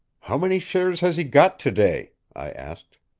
how many shares has he got to-day? i asked.